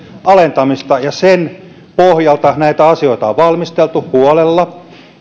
alentamista ja sen pohjalta näitä asioita on valmisteltu huolella